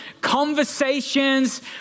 Conversations